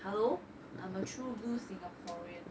hello I'm a true blue singaporean